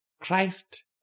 Christ